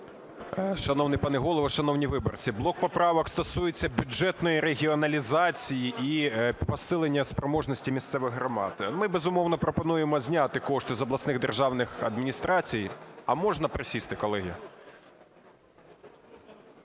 Шановний пане Голово, шановні виборці! Блок поправок стосується бюджетної регіоналізації і посилення спроможності місцевих громад. Ми, безумовно, пропонуємо зняти кошти з обласних державних адміністрацій. А можна присісти, колеги?